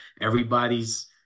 Everybody's